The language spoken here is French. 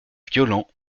violents